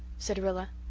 said rilla.